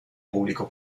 público